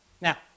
Now